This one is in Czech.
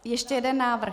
Ještě jeden návrh?